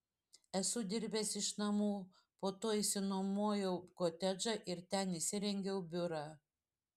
esu dirbęs iš namų po to išsinuomojau kotedžą ir ten įsirengiau biurą